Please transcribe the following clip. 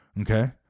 Okay